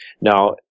Now